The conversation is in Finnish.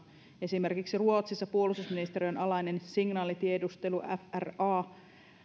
esimerkiksi ruotsissa puolustusministeriön alainen signaalitiedustelu fra